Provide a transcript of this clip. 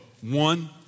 One